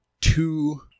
two